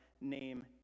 name